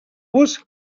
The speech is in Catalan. vos